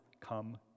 come